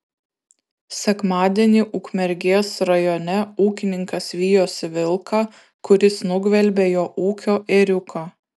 sekmadienį ukmergės rajone ūkininkas vijosi vilką kuris nugvelbė jo ūkio ėriuką